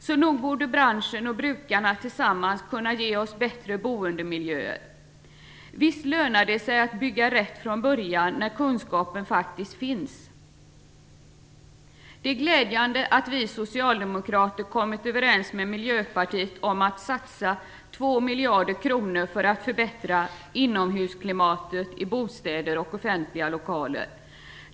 Så nog borde branschen och brukarna tillsammans kunna ge oss bättre boendemiljöer. Visst lönar det sig att bygga rätt från början när kunskapen faktiskt finns. Det är glädjande att vi socialdemokrater har kommit överens med Miljöpartiet om att satsa 2 miljarder kronor för att förbättra inomhusklimatet i bostäder och offentliga lokaler.